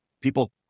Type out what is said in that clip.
People